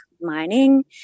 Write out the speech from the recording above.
mining